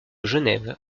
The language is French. genève